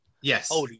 Yes